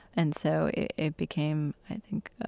and so it it became, i think,